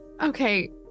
Okay